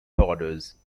borders